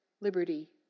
liberty